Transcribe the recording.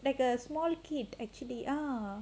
like a small kid actually ah